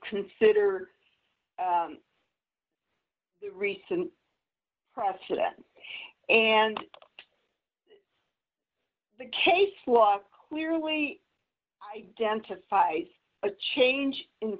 consider the recent precedent and the case law clearly identifies a change in